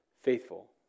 faithful